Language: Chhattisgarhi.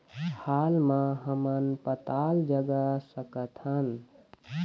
हाल मा हमन पताल जगा सकतहन?